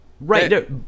right